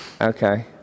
Okay